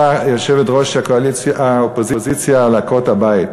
יושבת-ראש האופוזיציה על עקרות-הבית,